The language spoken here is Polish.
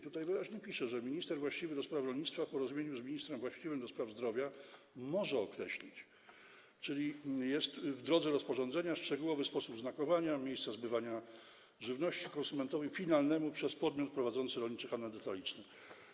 Tutaj wyraźnie jest napisane, że minister właściwy do spraw rolnictwa w porozumieniu z ministrem właściwym do spraw zdrowia może określić - czyli jest to w drodze rozporządzenia - szczegółowy sposób oznakowania miejsca zbywania żywności konsumentowi finalnemu przez podmiot prowadzący rolniczy handel detaliczny itd.